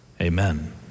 Amen